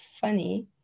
funny